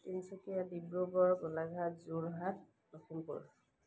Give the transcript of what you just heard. Tinsukia Dibrugarh Golaghat Jorhat Lakhimpur